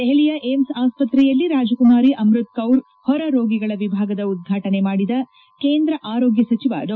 ದೆಹಲಿಯ ಏಮ್ಸ್ ಆಸ್ವತ್ರೆಯಲ್ಲಿ ರಾಜಕುಮಾರಿ ಅಮೃತ್ ಕೌರ್ ಹೊರ ರೋಗಿಗಳ ವಿಭಾಗದ ಉದ್ವಾಟನೆ ಮಾಡಿದ ಕೇಂದ್ರ ಆರೋಗ್ಯ ಸಚಿವ ಡಾ